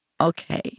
okay